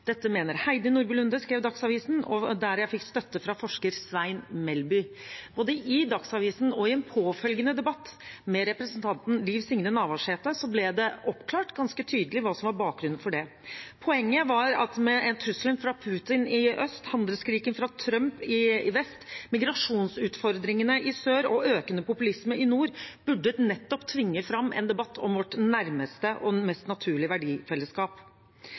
mener Heidi Nordby Lunde.» Dette skrev Dagsavisen, og jeg fikk støtte fra forsker Svein Melby. Både i Dagsavisen og i en påfølgende debatt med representanten Liv Signe Navarsete ble det oppklart ganske tydelig hva som var bakgrunnen for det. Poenget var at trusselen fra Putin i øst, handelskrigen fra Trump i vest, migrasjonsutfordringene i sør og økende populisme i nord nettopp burde tvinge fram en debatt om vårt nærmeste og mest naturlige verdifellesskap.